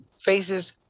faces